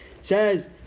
Says